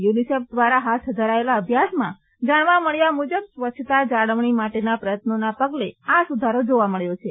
UNICEF દ્વારા હાથ ધરાયેલા અભ્યાસમાં જાણવા મળ્યા મુજબ સ્વચ્છતા જાળવણી માટેના પ્રયત્નોના પગલે આ સુધારો જોવા મળ્યો છે